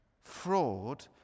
fraud